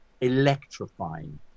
electrifying